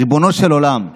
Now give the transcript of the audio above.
"ריבונו של עולם,